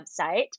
website